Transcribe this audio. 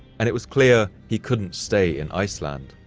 and it was clear he couldn't stay in iceland.